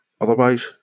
otherwise